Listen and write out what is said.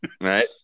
right